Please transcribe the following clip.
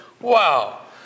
wow